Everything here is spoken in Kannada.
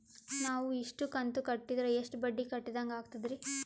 ನಾವು ಇಷ್ಟು ಕಂತು ಕಟ್ಟೀದ್ರ ಎಷ್ಟು ಬಡ್ಡೀ ಕಟ್ಟಿದಂಗಾಗ್ತದ್ರೀ?